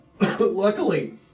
Luckily